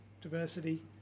diversity